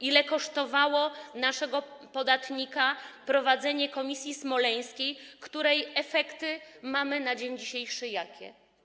Ile kosztowało naszego podatnika prowadzenie komisji smoleńskiej, której efekty mamy na dzień dzisiejszy jakie?